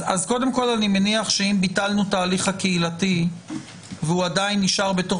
אני מניח שאם ביטלנו את ההליך הקהילתי והוא עדיין נשאר בתוך